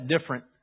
different